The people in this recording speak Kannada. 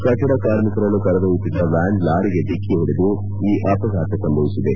ಕಟ್ಟಡ ಕಾರ್ಮಿಕರನ್ನು ಕರೆದೊಯ್ಟುತ್ತಿದ್ದ ವ್ಯಾನ್ ಲಾರಿಗೆ ಡಿಕ್ಕಿ ಹೊಡೆದು ಈ ಅಪಘಾತ ಸಂಭವಿಸಿದೆ